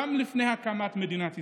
גם לפני הקמת מדינת ישראל,